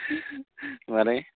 मारै